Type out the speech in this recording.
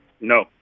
no